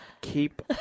Keep